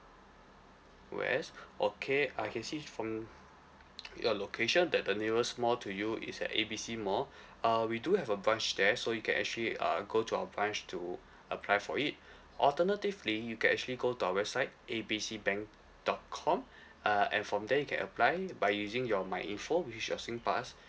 west okay I can see from your location that the nearest mall to you is at A B C mall uh we do have a branch there so you can actually uh go to our branch to apply for it alternatively you can actually go to our website A B C bank dot com uh and from there you can apply by using your my info which is your SingPass